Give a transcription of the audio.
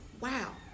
wow